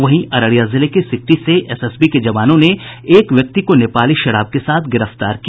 वहीं अररिया जिले के सिकटी से एसएसबी के जवानों ने एक व्यक्ति को नेपाली शराब के साथ गिरफ्तार किया